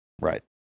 Right